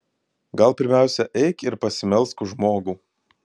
gal pirmiausia eik ir pasimelsk už žmogų